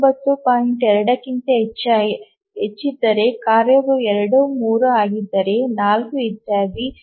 2 ಕ್ಕಿಂತ ಹೆಚ್ಚಿದ್ದರೆ ಕಾರ್ಯವು 2 3 ಆಗಿದ್ದರೆ 4 ಇತ್ಯಾದಿ